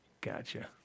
Gotcha